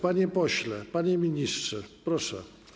Panie pośle, panie ministrze, proszę.